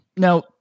Now